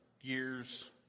years